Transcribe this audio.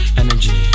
energy